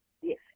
Yes